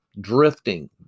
drifting